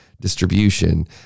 distribution